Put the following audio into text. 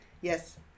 Yes